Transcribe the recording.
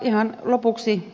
ihan lopuksi